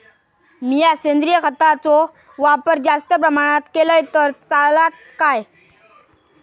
मीया सेंद्रिय खताचो वापर जास्त प्रमाणात केलय तर चलात काय?